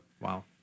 wow